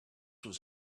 was